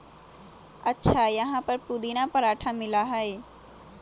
अच्छा यहाँ पर पुदीना पराठा मिला हई?